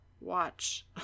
watch